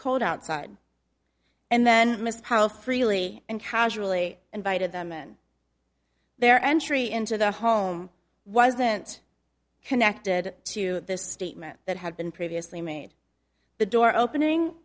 cold outside and then mr powell freely and casually invited them in their entry into the home wasn't connected to this statement that had been previously made the door opening